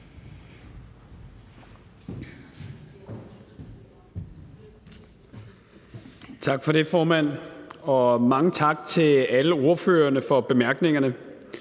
Tak for det, formand. Og mange tak til alle ordførerne for bemærkningerne.